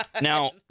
Now